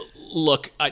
Look